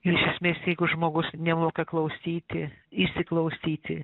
ir iš esmės jeigu žmogus nemoka klausyti įsiklausyti